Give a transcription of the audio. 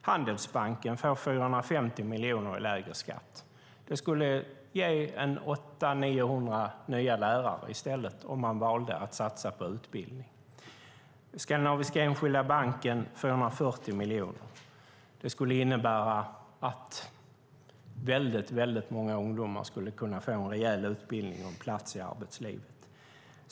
Handelsbanken får 450 miljoner i lägre skatt. Det skulle ge 800-900 nya lärare i stället om man valde att satsa på utbildning. Skandinaviska Enskilda Banken får 140 miljoner. Det skulle kunna innebära att väldigt många ungdomar fick en rejäl utbildning och en plats i arbetslivet.